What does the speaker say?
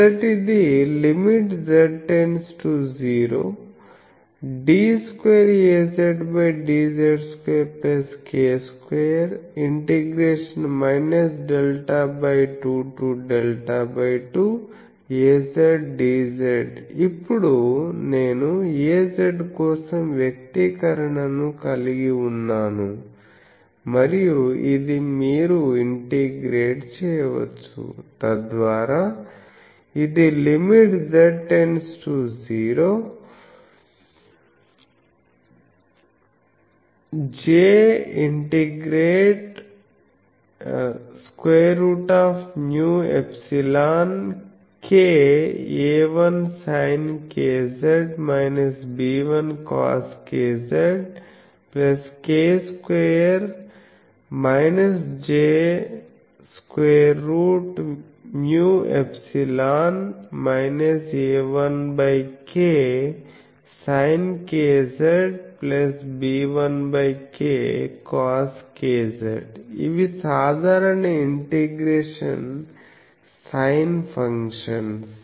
మొదటిది Ltz➝0d2Azdz2k2 ഽ Δ2 to Δ2Azdz ఇప్పుడునేను Az కోసం వ్యక్తీకరణను కలిగి ఉన్నాను మరియు ఇది మీరు ఇంటిగ్రేట్ చేయవచ్చు తద్వారా ఇది Ltz➝0j √μ∊kA1sinkz B1coskzk2 j√μ∊ A1ksinkzB1kcoskz ఇవి సాధారణ ఇంటిగ్రేషన్ సైన్ ఫంక్షన్స్